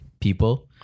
people